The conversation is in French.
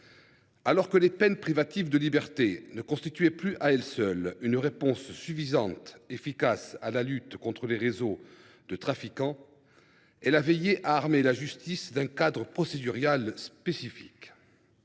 Alors que les peines privatives de liberté ne constituaient plus, à elles seules, une réponse suffisamment efficace à la lutte contre les réseaux de trafiquants, elle a veillé à armer la justice d’un cadre procédural spécifique.